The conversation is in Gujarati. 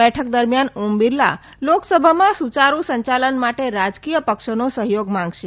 બેઠક દરમ્યાન ઓમ બિરલા લોકસભામાં સુચારુ સંચાલન માટે રાજકીય પક્ષોનો સહયોગ માંગશે